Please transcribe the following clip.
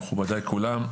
מכובדי כולם.